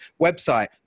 website